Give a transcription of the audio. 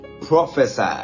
prophesy